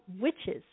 witches